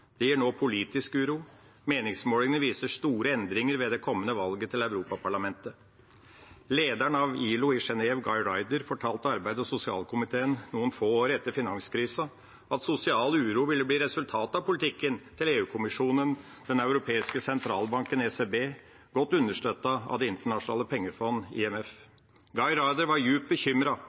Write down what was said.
og gir nå politisk uro. Meningsmålingene viser store endringer ved det kommende valget til Europaparlamentet. Lederen av ILO i Genève, Guy Ryder, fortalte arbeids- og sosialkomiteen, noen år etter finanskrisa, at sosial uro ville bli resultatet av politikken til EU-kommisjonen og Den europeiske sentralbanken, ESB, godt understøttet av Det internasjonale pengefondet, IMF. Guy Ryder var